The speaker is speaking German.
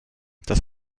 das